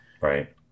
Right